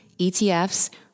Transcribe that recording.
ETFs